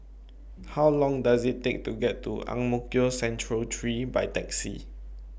How Long Does IT Take to get to Ang Mo Kio Central three By Taxi